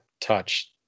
touch